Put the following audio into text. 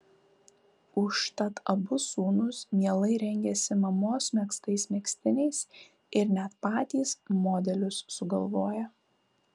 užtat abu sūnūs mielai rengiasi mamos megztais megztiniais ir net patys modelius sugalvoja